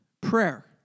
Prayer